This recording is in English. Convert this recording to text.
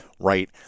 right